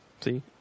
See